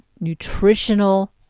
nutritional